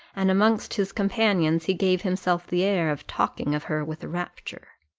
and amongst his companions he gave himself the air of talking of her with rapture.